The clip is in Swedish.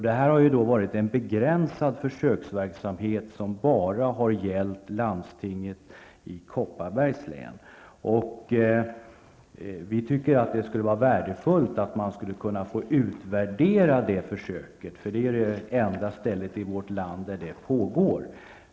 Detta har varit en begränsad försöksverksamhet som bara har gällt landstinget i Kopparbergs län. Vi tycker att det vore värdefullt om man kunde utvärdera det försöket, eftersom det är enda stället i vårt land där det pågår.